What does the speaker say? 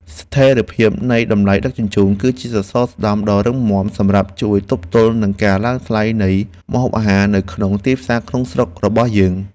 ស្ថិរភាពនៃតម្លៃដឹកជញ្ជូន គឺជាសសរស្តម្ភដ៏រឹងមាំសម្រាប់ជួយទប់ទល់នឹងការឡើងថ្លៃនៃម្ហូបអាហារនៅក្នុងទីផ្សារក្នុងស្រុករបស់យើង។